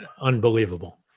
unbelievable